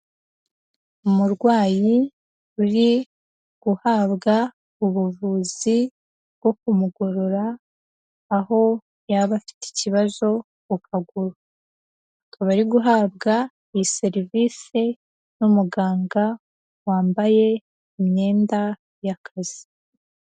Umurwayi uri guhabwa ubuvuzi bwo kumugorora aho yaba afite ikibazo ku kaguru. Akaba ari guhabwa iyi serivise n'umuganga wambaye imyenda y'akazi.